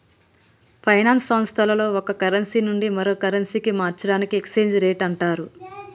finance సంస్థల్లో ఒక currency నుండి మరో కరెన్సీకి మార్చడాన్ని ఎక్స్చేంజ్ రేట్ అంటరు